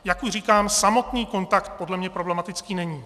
Jak říkám, samotný kontakt podle mě problematický není.